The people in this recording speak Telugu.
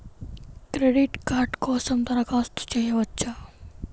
క్రెడిట్ కార్డ్ కోసం దరఖాస్తు చేయవచ్చా?